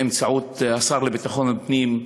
באמצעות השר לביטחון הפנים,